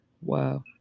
Wow